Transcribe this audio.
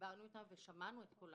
דיברנו איתם ושמענו את קולם.